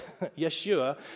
Yeshua